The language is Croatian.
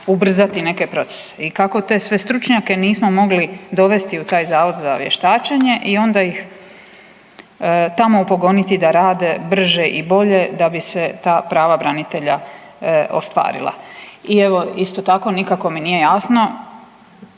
ubrzati neke procese i kako sve te stručnjake nismo mogli dovesti u taj Zavod za vještačenje i onda ih tamo upogoniti da rade brže i bolje da bi se ta prava branitelja ostvarila. I evo isto tako nikako mi nije jasno